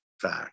fact